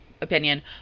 opinion